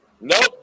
Nope